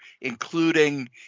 including